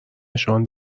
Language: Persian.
نشان